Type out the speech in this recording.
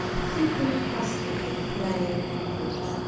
thickly encrusted with clay and rootlets!